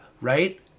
right